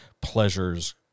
pleasures